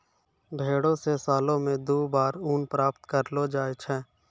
भेड़ो से सालो मे दु बार ऊन प्राप्त करलो जाय छै